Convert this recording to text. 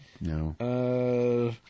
No